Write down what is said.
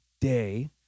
day